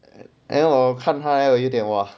then 我看他 !wah! 了有点 !wah!